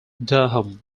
durham